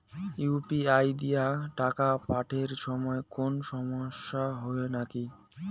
UPI দিয়া টাকা পাঠের সময় কোনো সমস্যা হয় নাকি?